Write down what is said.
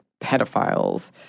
pedophiles